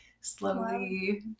slowly